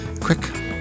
quick